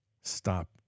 Stop